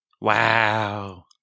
Wow